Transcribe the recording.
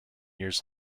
years